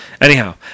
Anyhow